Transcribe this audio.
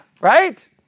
right